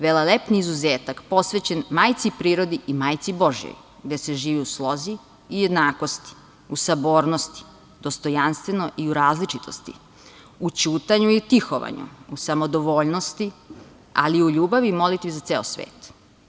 Velelepni izuzetak posvećen majci prirodi i majci božijoj, gde se živi u slozi i jednakosti, u sabornosti, dostojanstveno i u različitosti, u ćutanju i tihovanju, u samodovoljnosti, ali i u ljubavi i molitvi za ceo svet.